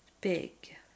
big